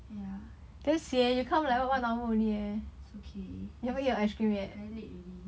ya okay it's very late already